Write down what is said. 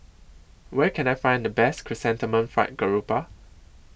Where Can I Find The Best Chrysanthemum Fried Garoupa